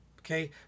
Okay